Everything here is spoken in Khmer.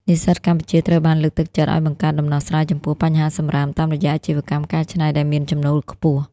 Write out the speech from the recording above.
និស្សិតកម្ពុជាត្រូវបានលើកទឹកចិត្តឱ្យបង្កើត "ដំណោះស្រាយចំពោះបញ្ហាសំរាម" តាមរយៈអាជីវកម្មកែច្នៃដែលមានចំណូលខ្ពស់។